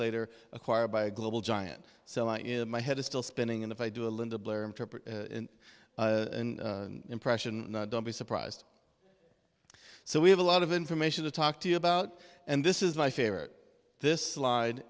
later acquired by a global giant sela in my head is still spinning and if i do a linda blair interpret impression don't be surprised so we have a lot of information to talk to you about and this is my favorite this slide